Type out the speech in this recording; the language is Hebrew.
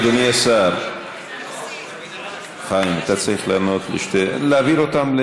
אדוני השר, חיים, להעביר אותם?